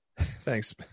thanks